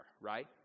right